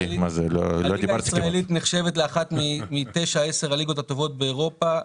הליגה הישראלית נחשבת לאחת מתשע-עשר הליגות הטובות באירופה,